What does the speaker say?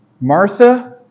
Martha